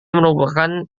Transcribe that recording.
merupakan